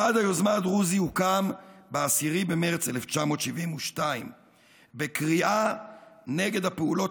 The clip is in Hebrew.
ועדה היוזמה הדרוזי הוקם ב-10 במרץ 1972 בקריאה נגד הפעולות